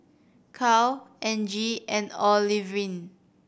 Carl Argie and Olivine